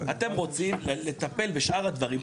אתם רוצים לטפל בשאר הברים,